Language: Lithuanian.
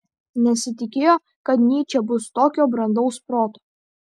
nesitikėjo kad nyčė bus tokio brandaus proto